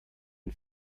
den